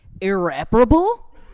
irreparable